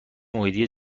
محیطی